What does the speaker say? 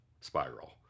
Spiral